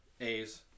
A's